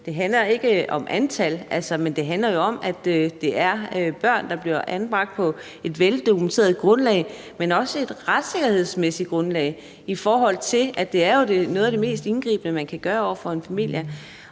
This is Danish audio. ikke handler om antal, men at det handler om, at det er børn, der bliver anbragt på et veldokumenteret grundlag, men også et retssikkerhedsmæssigt grundlag, i forhold til at det jo er noget af det mest indgribende, man kan gøre over for en familie.